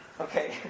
okay